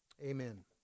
amen